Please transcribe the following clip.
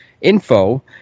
info